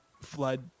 Flood